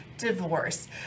divorce